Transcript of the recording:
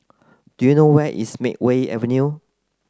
do you know where is Makeway Avenue